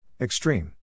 Extreme